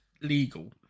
legal